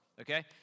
Okay